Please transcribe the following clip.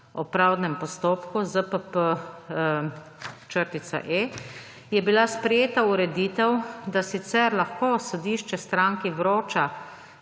o pravdnem postopku (ZPP-E) je bila sprejeta ureditev, da sicer lahko sodišče stranki vroča